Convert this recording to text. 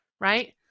right